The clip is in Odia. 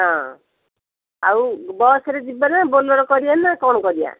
ହଁ ଆଉ ବସ୍ରେ ଯିବା ନା ବୋଲେର କରିବା ନା କ'ଣ କରିବା